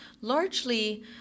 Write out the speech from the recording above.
largely